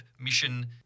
mission